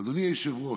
אדוני היושב-ראש,